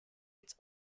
its